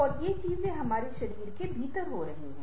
और ये चीजें हमारे शरीर के भीतर हो रही हैं